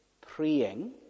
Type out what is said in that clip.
praying